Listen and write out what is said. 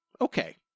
Okay